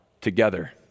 together